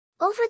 Over